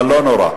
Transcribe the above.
אבל לא נורא.